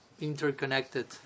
interconnected